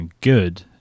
good